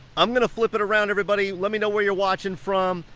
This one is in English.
i'm gonna flip it around, everybody. let me know where you're watching from.